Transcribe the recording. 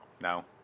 no